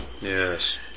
Yes